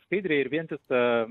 skaidrią ir vientisą